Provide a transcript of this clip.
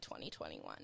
2021